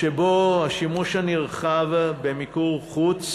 שבו השימוש הנרחב במיקור חוץ